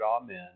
Amen